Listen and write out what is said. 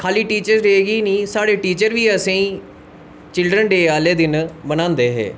खाली teacher day गी नी साढ़े टीचर बी असेंगी चिल्डर्न डे आह्ले दिन बनांदे हे